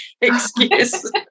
excuse